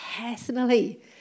personally